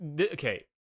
Okay